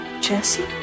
Jesse